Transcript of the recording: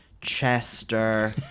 chester